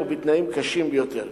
ביותר, בתנאים קשים ביותר.